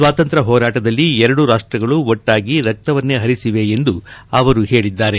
ಸ್ವಾತಂತ್ರ್ಯ ಹೋರಾಟದಲ್ಲಿ ಎರಡೂ ರಾಷ್ಟಗಳು ಒಟ್ನಾಗಿ ರಕ್ತವನ್ನೇ ಹರಿಸಿವೆ ಎಂದು ಅವರು ಹೇಳಿದ್ದಾರೆ